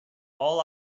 all